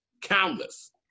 countless